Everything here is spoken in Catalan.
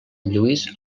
lluís